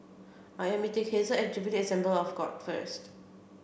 I am meeting Hazelle at Jubilee Assembly of God first